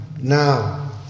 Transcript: now